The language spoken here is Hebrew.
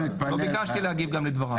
לא ביקשתי להגיב גם לדבריו.